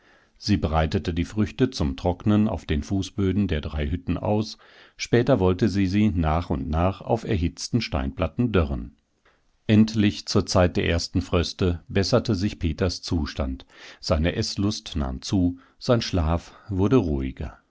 sie breitete die früchte zum trocknen auf den fußböden der drei hütten aus später wollte sie sie nach und nach auf erhitzten steinplatten dörren endlich zur zeit der ersten fröste besserte sich peters zustand seine eßlust nahm zu sein schlaf wurde ruhiger